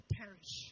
perish